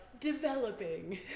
developing